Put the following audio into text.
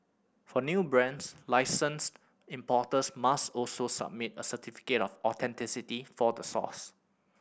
for new brands licensed importers must also submit a certificate of authenticity for the source